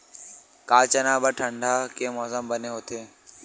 का चना बर ठंडा के मौसम बने होथे?